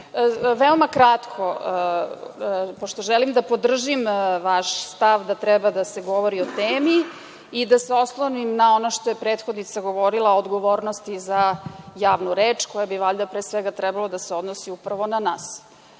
vreme. Veoma kratko, pošto želim da podržim vaš stav da treba da se govori o temi i da se oslonim na ono šta je prethodnica govorila o odgovornosti za javnu reč, koja bi valjda, pre svega, trebala da se odnosi upravo na